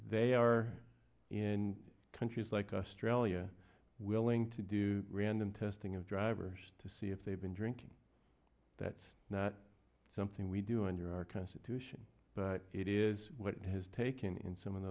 they are in countries like australia willing to do random testing of drivers to see if they've been drinking that's not something we do under our constitution but it is what it has taken in some